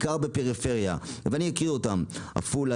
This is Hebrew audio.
כמו עפולה,